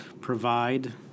provide